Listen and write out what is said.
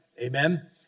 amen